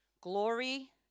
Glory